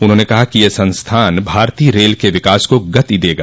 उन्होंने कहा कि यह संस्थान भारतीय रेल के विकास को गति देगा